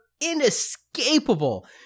inescapable